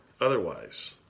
otherwise